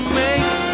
make